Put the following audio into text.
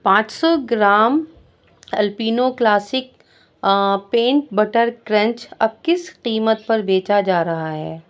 پانچ سو gram Alpino classic peanut butter crunch اب کس قیمت پر بیچا جا رہا ہے